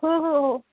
हो हो हो